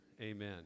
amen